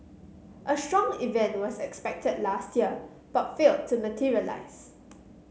a strong event was expected last year but failed to materialise